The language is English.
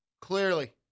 Clearly